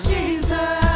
Jesus